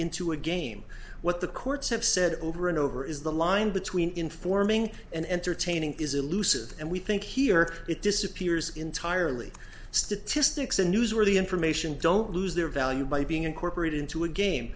into a game what the courts have said over and over is the line between informing and entertaining is elusive and we think here it disappears entirely statistics and newsworthy information don't lose their value by being incorporated into a game